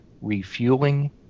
refueling